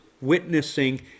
witnessing